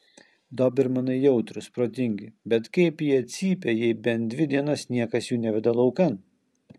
dobermanai jautrūs protingi bet kaip jie cypia jei bent dvi dienas niekas jų neveda laukan